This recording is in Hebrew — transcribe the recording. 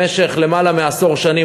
במשך יותר מעשור שנים,